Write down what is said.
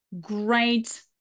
great